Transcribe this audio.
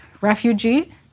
refugee